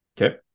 Okay